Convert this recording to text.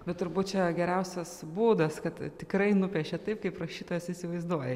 bet turbūt čia geriausias būdas kad tikrai nupiešė taip kaip rašytojas įsivaizduoja